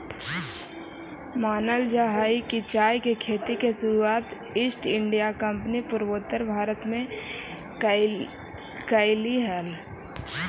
मानल जा हई कि चाय के खेती के शुरुआत ईस्ट इंडिया कंपनी पूर्वोत्तर भारत में कयलई हल